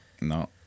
No